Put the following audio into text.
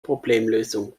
problemlösung